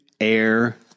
air